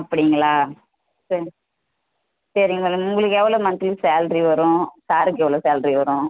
அப்படிங்களா சரி சரிங்க மேடம் உங்களுக்கு எவ்வளோ மந்த்லி சேல்ரி வரும் சாருக்கு எவ்வளோ சேல்ரி வரும்